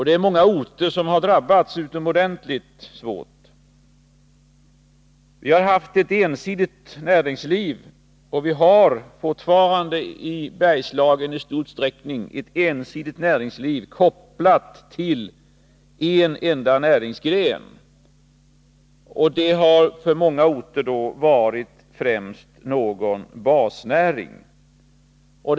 Det är många orter som har drabbats utomordentligt svårt. Vi har haft, och har fortfarande, i Bergslagen i stor utsträckning ett ensidigt näringsliv, kopplat till en enda näringsgren. Det har för många orter främst varit någon basindustri.